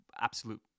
absolute